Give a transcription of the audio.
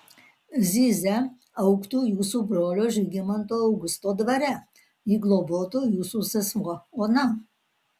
zyzia augtų jūsų brolio žygimanto augusto dvare jį globotų jūsų sesuo ona